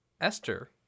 Esther